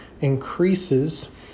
increases